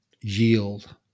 yield